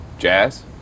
Jazz